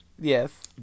Yes